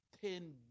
ten